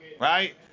right